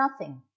nothing